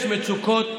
יש מצוקות.